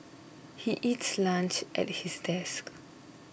he eats lunch at his desk